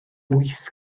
wyth